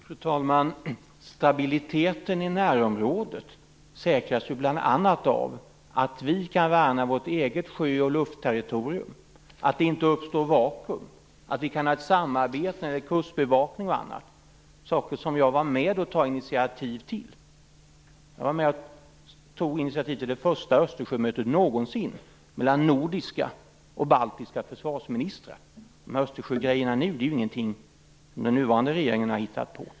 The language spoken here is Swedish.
Fru talman! Stabiliteten i närområdet säkras bl.a. av att vi i Sverige kan värna vårt eget sjö och luftterritorium, att det inte uppstår vakuum och att vi kan ha ett samarbete inom kustbevakning etc. Detta är saker som jag var med och tog initiativ till. Jag var med och tog initiativ till det första Östersjömötet någonsin mellan nordiska och baltiska försvarsministrar. De Östersjömöten m.m. vi ser nu är ingenting som den nuvarande regeringen har hittat på.